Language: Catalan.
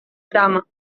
trama